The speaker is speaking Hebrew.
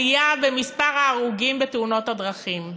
עלייה במספר ההרוגים בתאונות הדרכים.